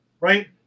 Right